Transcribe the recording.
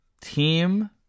Team